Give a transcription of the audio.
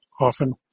often